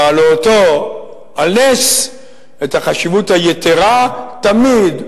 בהעלותו על נס את החשיבות היתירה, תמיד,